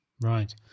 right